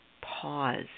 pause